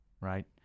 right